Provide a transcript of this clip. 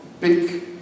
big